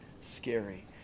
scary